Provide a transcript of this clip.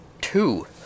two